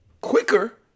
quicker